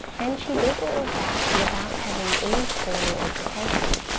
and she did all of that without having any formal education.